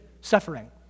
suffering